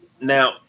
Now